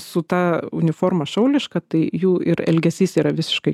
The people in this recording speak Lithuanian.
su ta uniforma šauliška tai jų ir elgesys yra visiškai